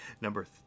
Number